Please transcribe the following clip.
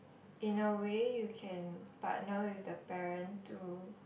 in a way you can partner with the parent to